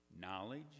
Knowledge